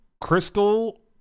crystal